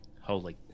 Holy